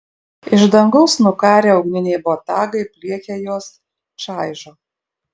iš dangaus nukarę ugniniai botagai pliekia juos čaižo